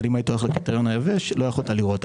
אבל אם היית הולך לפי הקריטריון היבש לא יכולת לראות.